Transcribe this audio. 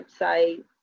website